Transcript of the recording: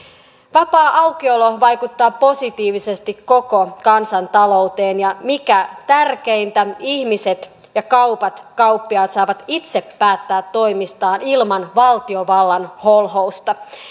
vapaa aukiolo vaikuttaa positiivisesti koko kansantalouteen ja mikä tärkeintä ihmiset kaupat ja kauppiaat saavat itse päättää toimistaan ilman valtiovallan holhousta